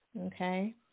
Okay